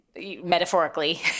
metaphorically